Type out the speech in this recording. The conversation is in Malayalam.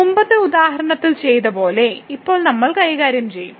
മുമ്പത്തെ ഉദാഹരണത്തിൽ ചെയ്തതുപോലെ ഇപ്പോൾ നമ്മൾ കൈകാര്യം ചെയ്യും